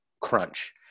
crunch